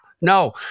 no